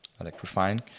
electrifying